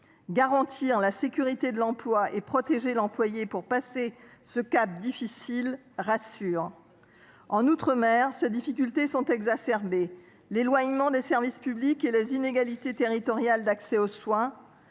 Garantir la sécurité de l’emploi et protéger l’employé pour passer ce cap difficile rassure. Outre mer, ces difficultés sont exacerbées. L’éloignement des services publics et les inégalités territoriales d’accès aux soins